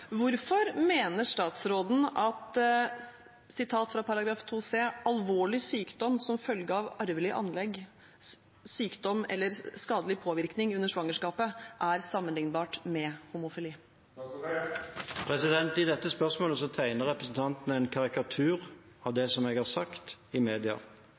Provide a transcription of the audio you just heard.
sykdom, som følge av arvelige anlegg, sykdom eller skadelige påvirkninger under svangerskapet» er sammenlignbart med homofili?» I dette spørsmålet tegner representanten en karikatur av det som jeg har sagt i media.